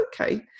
okay